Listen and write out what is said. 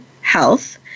Health